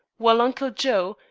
while uncle joe,